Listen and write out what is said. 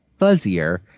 fuzzier